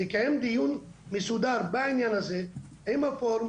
לקיים דיון מסודר בעניין הזה עם הפורום,